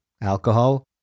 alcohol